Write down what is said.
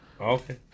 Okay